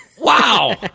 Wow